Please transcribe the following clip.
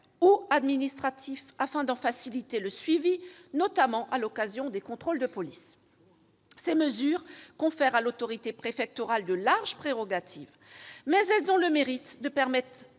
administratif, afin d'en faciliter le suivi, notamment à l'occasion des contrôles de police. Ces mesures confèrent à l'autorité préfectorale de larges prérogatives, mais elles ont le mérite de permettre